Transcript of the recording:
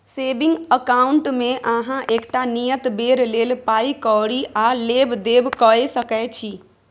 saving अकाउंटमे अहाँ एकटा नियत बेर लेल पाइ कौरी आ लेब देब कअ सकै छी